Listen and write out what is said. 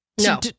No